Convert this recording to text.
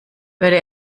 würde